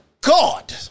God